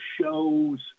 shows